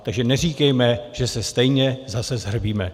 Takže neříkejme, že se stejně zase shrbíme.